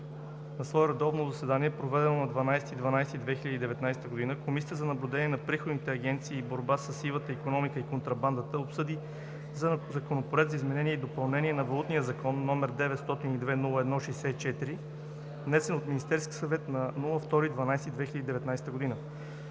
На свое редовно заседание, проведено на 12 декември 2019 г., Комисията за наблюдение на приходните агенции и борба със сивата икономика и контрабандата обсъди Законопроект за изменение и допълнение на Валутния закон, № 902-01-64, внесен от Министерския съвет на 2 декември 2019 г.